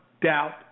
doubt